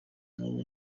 n’ubu